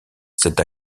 cet